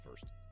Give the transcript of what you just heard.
first